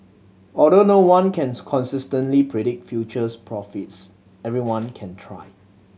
although no one can consistently predict futures profits everyone can try